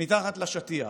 מתחת לשטיח,